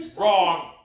Wrong